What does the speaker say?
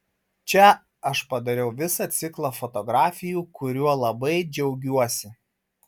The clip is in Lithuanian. čia aš padariau visą ciklą fotografijų kuriuo labai džiaugiuosi